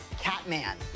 Catman